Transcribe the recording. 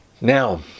now